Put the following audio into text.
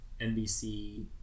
NBC